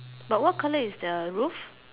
but what colour is the roof